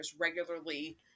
regularly